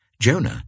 Jonah